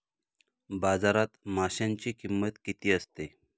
बाजारात माशांची किंमत किती असते?